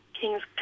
Kings